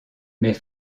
mais